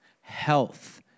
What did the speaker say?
health